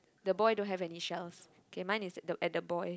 the boy don't have any shells K mine is at the boy